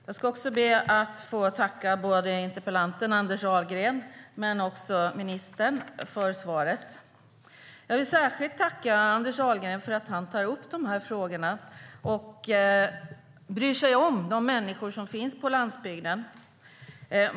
Fru talman! Jag ska be att få tacka interpellanten Anders Ahlgren och ministern för svaret. Jag vill särskilt tacka Anders Ahlgren för att han tar upp frågorna och bryr sig om de människor som finns på landsbygden.